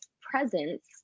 presence